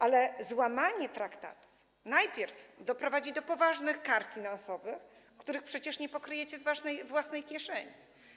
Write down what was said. Ale złamanie traktatu najpierw doprowadzi do poważnych kar finansowych, których przecież nie pokryjecie z własnej kieszeni.